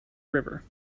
river